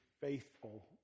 faithful